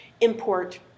import